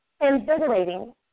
Invigorating